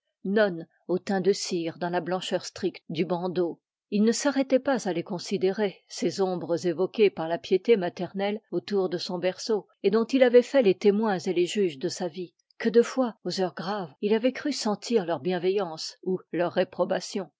nonne au teint de cire dans la blancheur stricte du bandeau il ne s'arrêtait pas à les considérer ces ombres évoquées par la piété maternelle autour de son berceau et dont il avait fait les témoins et les juges de sa vie que de fois aux heures graves il avait cru sentir leur bienveillance ou leur réprobation